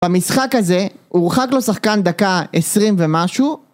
במשחק הזה הורחק לו שחקן דקה עשרים ומשהו